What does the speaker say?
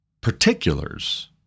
particulars